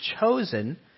chosen